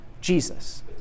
Jesus